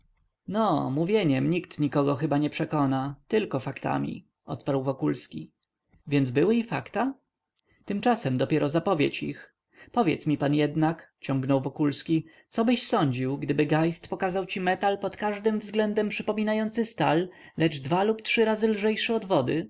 no mówieniem nikt nikogo chyba nie przekona tylko faktami odparł wokulski więc były i fakta tymczasem dopiero zapowiedź ich powiedz mi pan jednak ciągnął wokulski cobyś sądził gdyby geist pokazał ci metal pod każdym względem przypominający stal lecz dwa lub trzy razy lżejszy od wody